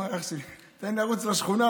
אח שלי, תן לרוץ בשכונה.